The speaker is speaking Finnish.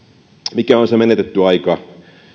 mikä on se menetetty aika